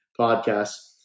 podcast